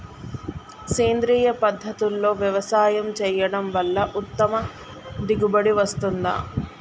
సేంద్రీయ పద్ధతుల్లో వ్యవసాయం చేయడం వల్ల ఉత్తమ దిగుబడి వస్తుందా?